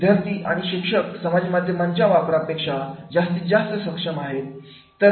विद्यार्थी आणि शिक्षक समाज माध्यमांच्या वापरापेक्षा जास्त सक्षम आहेत